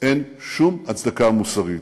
אין שום הצדקה מוסרית,